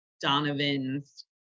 Donovan's